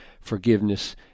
forgiveness